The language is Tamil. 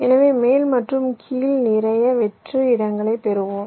எனவே மேல் மற்றும் கீழ் நிறைய வெற்று இடங்களைப் பெறுவோம்